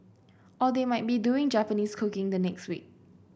or they might be doing Japanese cooking the next week